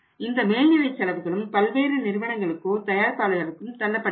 இந்த மேல்நிலை செலவுகளும் பல்வேறு நிறுவனங்களுக்கோ தயாரிப்பாளர்களுக்கோ தள்ளப்படுகிறது